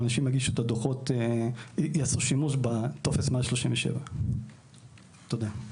אנשים יגישו את הדוחות ויעשו שימוש בטופס 137. תודה.